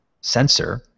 sensor